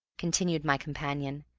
continued my companion.